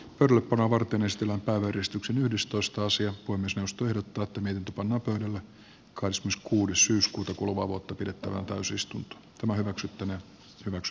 orpon avartumistilaa verestyksen yhdestoista sija kunnes mustui mutta toinen panna pöydälle cosmos kuudes syyskuuta kuluvaa vuotta pidettävä toisista tämä hyväksyttäneen hyväks